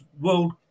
World